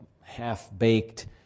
half-baked